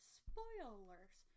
spoilers